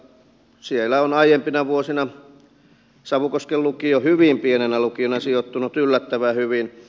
siellä on aiempina vuosina savukosken lukio hyvin pienenä lukiona sijoittunut yllättävän hyvin